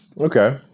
Okay